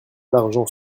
d’argent